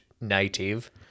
native